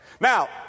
Now